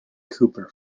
cooper